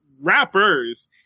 rappers